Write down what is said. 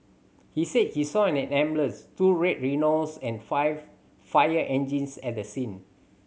he said he saw an ambulance two Red Rhinos and five fire engines at the scene